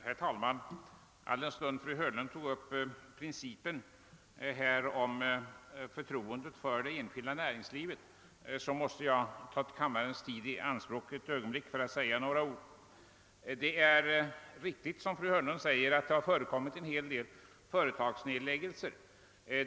Herr talman! Alldenstund fru Hörnlund berörde förtroendet för det enskilda näringslivet måste jag ta kammarens tid i anspråk ett ögonblick för att säga några ord. Det är riktigt, som fru Hörnlund sade, att det har förekommit en hel del företagsnedläggningar.